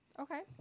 Okay